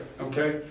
okay